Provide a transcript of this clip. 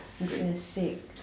goodness sake